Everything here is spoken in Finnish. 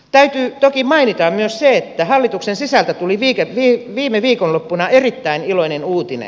täytyy toki mainita myös se että hallituksen sisältä tuli viime viikonloppuna erittäin iloinen uutinen